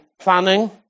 planning